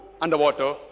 underwater